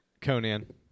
conan